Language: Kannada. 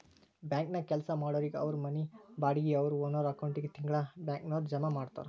ಬ್ಯಾಂಕನ್ಯಾಗ್ ಕೆಲ್ಸಾ ಮಾಡೊರಿಗೆ ಅವ್ರ್ ಮನಿ ಬಾಡ್ಗಿ ಅವ್ರ್ ಓನರ್ ಅಕೌಂಟಿಗೆ ತಿಂಗ್ಳಾ ಬ್ಯಾಂಕ್ನವ್ರ ಜಮಾ ಮಾಡ್ತಾರ